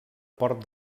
port